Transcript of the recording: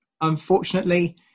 Unfortunately